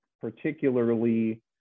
particularly